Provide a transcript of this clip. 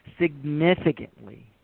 significantly